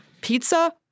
pizza